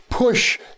push